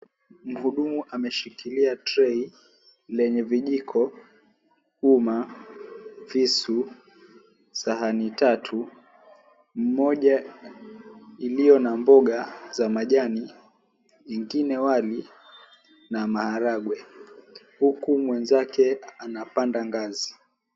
Mhudumu ameshikilia trei lenye vijiko, umma, visu, sahani tatu , moja iliyo na mboga za majani , ingine wali na maharagwe huku mwenzake anapanda ngazi.